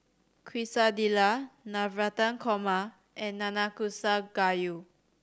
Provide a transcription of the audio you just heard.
Quesadillas Navratan Korma and Nanakusa Gayu